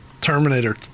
Terminator